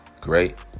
great